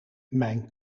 mijn